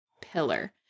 pillar